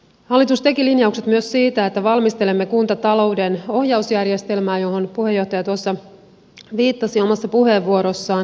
hallitus teki linjaukset myös siitä että valmistelemme kuntatalouden ohjausjärjestelmää johon puheenjohtaja viittasi omassa puheenvuorossaan